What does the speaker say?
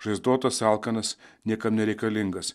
žaizdotas alkanas niekam nereikalingas